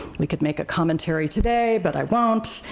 we could make a commentary today, but i won't.